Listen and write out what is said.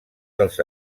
dels